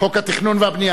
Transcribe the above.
חוק התכנון והבנייה